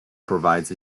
provides